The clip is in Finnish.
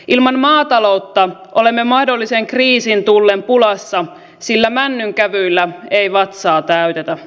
ilman maataloutta olemme mahdollisen kriisin tullen pulassa sillä männynkävyillä ei vatsaa täytetä